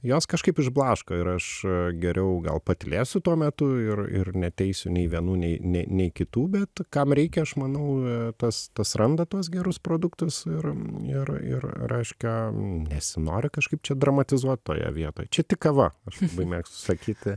jos kažkaip išblaško ir aš geriau gal patylėsiu tuo metu ir ir neteisiu nei vienų nei ne nei kitų bet kam reikia aš manau tas tas randa tuos gerus produktus ir ir ir reiškia nesinori kažkaip čia dramatizuot toje vietoj čia tik kava aš labai mėgstu sakyti